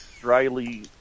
dryly